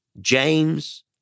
James